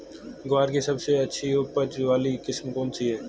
ग्वार की सबसे उच्च उपज वाली किस्म कौनसी है?